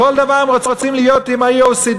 בכל דבר הם רוצים להיות עם ה-OECD,